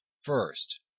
First